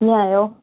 कीअं आहियो